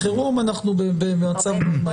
בחירום אנחנו במצב מהיר.